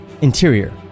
Interior